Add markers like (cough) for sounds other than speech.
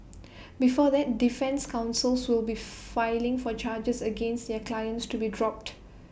(noise) before that defence counsels will be filing for charges against their clients to be dropped